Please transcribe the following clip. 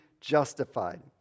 justified